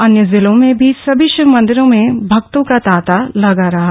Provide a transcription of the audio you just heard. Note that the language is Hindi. अन्य जिलों में भी सभी शिव मंदिरों में भक्तों का तांता लगा रहा